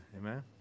Amen